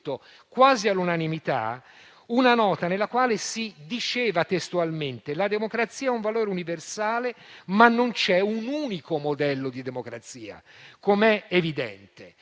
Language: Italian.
sottoscritto quasi all'unanimità una nota nella quale si diceva, testualmente, che la democrazia è un valore universale, ma non c'è un unico modello di democrazia, come è evidente.